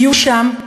יהיו שם,